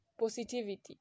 Positivity